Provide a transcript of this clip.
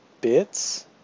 bits